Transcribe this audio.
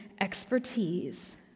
expertise